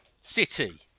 City